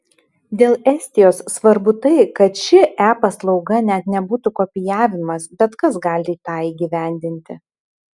dėl estijos svarbu tai kad ši e paslauga net nebūtų kopijavimas bet kas gali tą įgyvendinti